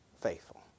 faithful